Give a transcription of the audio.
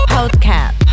Podcast